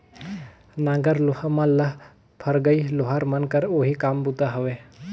नांगर लोहा मन ल फरगई लोहार मन कर ओही काम बूता हवे